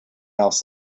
else